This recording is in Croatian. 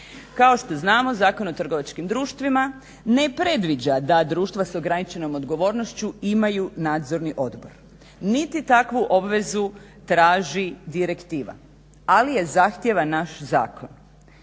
Kao što znamo, Zakon o trgovačkim društvima ne predviđa da društva s ograničenom odgovornošću imaju nadzorni odbor niti takvu obvezu traži direktiva, ali je zahtijeva naš zakon.